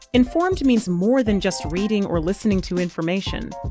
informed means more than just reading or listening to information.